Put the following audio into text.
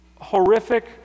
horrific